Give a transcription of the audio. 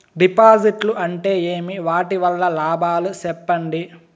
డిపాజిట్లు అంటే ఏమి? వాటి వల్ల లాభాలు సెప్పండి?